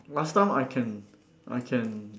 last time I can I can